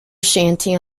shanty